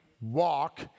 walk